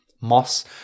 Moss